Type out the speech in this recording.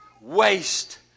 waste